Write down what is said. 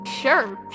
Sure